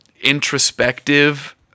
introspective